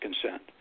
consent